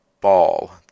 ball